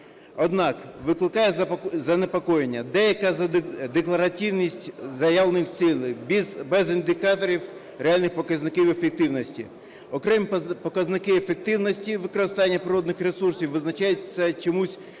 Однак викликає занепокоєння деяка декларативність заявлених цілей без індикаторів реальних показників ефективності. Окремі показники ефективності використання природних ресурсів визначається чомусь